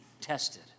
tested